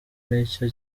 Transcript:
nicyo